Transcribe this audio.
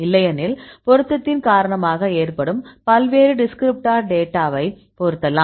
இல்லையெனில் பொருத்தத்தின் காரணமாக ஏற்படும் பல்வேறு டிஸ்கிரிப்டார் டேட்டாவை பொருத்தலாம்